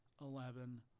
eleven